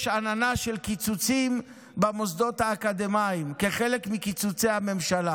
יש עננה של קיצוצים במוסדות האקדמיים כחלק מקיצוצי הממשלה,